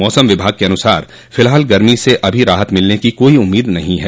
मौसम विभाग के अनुसार फिलहाल गर्मी से अभी राहत मिलने की कोई उम्मीद नहीं है